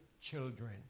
children